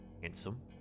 handsome